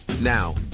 Now